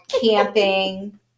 camping